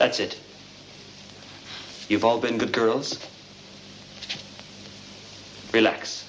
that's it you've all been good girls relax